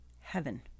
heaven